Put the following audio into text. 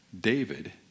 David